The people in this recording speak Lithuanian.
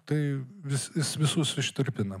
tai vis jis visus ištirpina